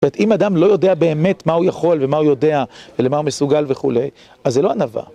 זאת אומרת, אם אדם לא יודע באמת מה הוא יכול ומה הוא יודע ולמה הוא מסוגל וכולי, אז זה לא ענווה.